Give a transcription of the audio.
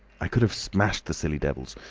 i could have smashed the silly devils.